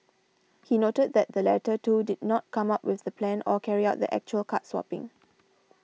he noted that the latter two did not come up with the plan or carry out the actual card swapping